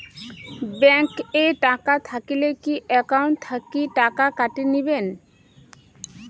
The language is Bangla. ব্যাংক এ টাকা থাকিলে কি একাউন্ট থাকি টাকা কাটি নিবেন?